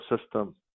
system